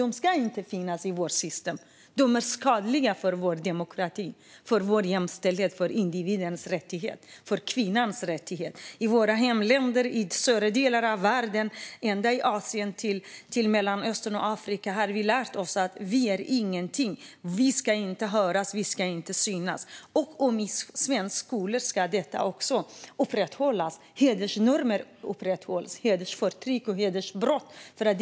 De ska inte finnas i vårt system. De är skadliga för vår demokrati, för vår jämställdhet, för individens rättigheter och för kvinnans rättigheter. I våra hemländer - i stora delar av världen, ända från Asien till Mellanöstern och Afrika - har vi lärt oss att vi är ingenting, att vi inte ska höras och inte synas. I svensk skola ska inte hedersnormer, hedersförtryck, upprätthållas.